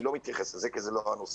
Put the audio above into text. אני לא מתייחס אליה כי זה לא הנושא.